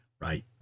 right